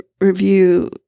review